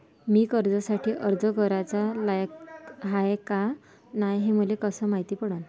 मी कर्जासाठी अर्ज कराचा लायक हाय का नाय हे मले कसं मायती पडन?